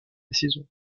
saison